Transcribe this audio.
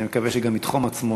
ואני מקווה שגם יתחם את עצמו